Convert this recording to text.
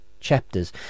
Chapters